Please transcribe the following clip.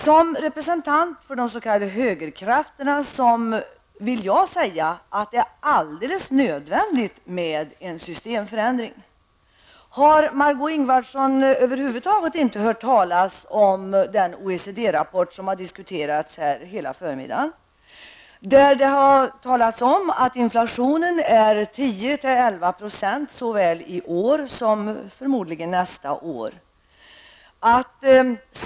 Som representant för de s.k. högerkrafterna vill jag säga att det är alldeles nödvändigt med en systemförändring. Har Margó Ingvardsson över huvud taget inte hört talas om den OECD-rapport som har diskuterats här hela förmiddagen? Där har det talats om att inflationen är 10--11 % såväl i år som, förmodligen, nästa år.